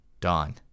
Dawn